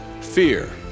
fear